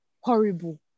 horrible